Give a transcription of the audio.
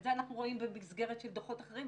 את זה אנחנו רואים במסגרת דוחות אחרים.